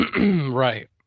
Right